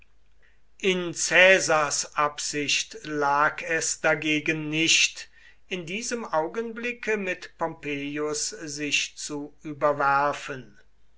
in caesars absicht lag es dagegen nicht in diesem augenblicke mit pompeius sich zu überwerfen